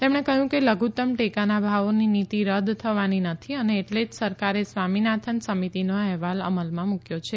તેમણે કહ્યું કે લઘુત્તમ ટેકાના ભાવોની નીતી રદ થવાની નથી અને એટલે જ સરકારે સ્વામીનાથન સમિતિનો અહેવાલ અમલમાં મૂક્યો છે